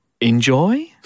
enjoy